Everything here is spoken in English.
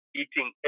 eating